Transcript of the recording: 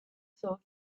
serve